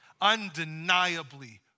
undeniably